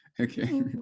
Okay